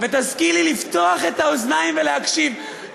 ותשכילי לפתוח את האוזניים ולהקשיב,